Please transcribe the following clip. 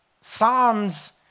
Psalms